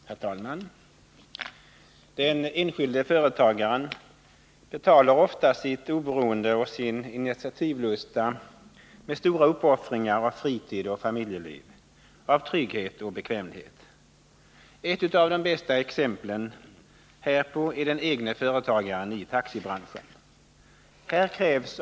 Herr talman! Den enskilde företagaren betalar ofta sitt oberoende och sin initiativlusta med stora uppoffringar av fritid och familjeliv, av trygghet och bekvämlighet. Ett av de bästa exemplen härpå är den egne företagaren i taxibranschen.